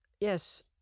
Yes